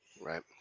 Right